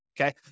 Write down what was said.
okay